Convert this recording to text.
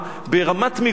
ברמת-מגרון,